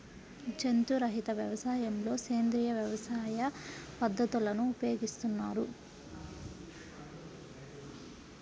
జంతు రహిత వ్యవసాయంలో సేంద్రీయ వ్యవసాయ పద్ధతులను ఉపయోగిస్తారు